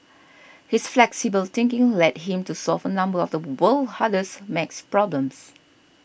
his flexible thinking led him to solve a number of the world's hardest math problems